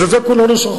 אז את זה כולנו שוכחים.